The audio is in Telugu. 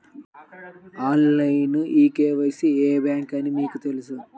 ఆన్లైన్ కే.వై.సి కి ఏ బ్యాంక్ అని మీకు తెలుసా?